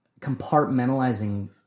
compartmentalizing